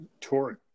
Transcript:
touring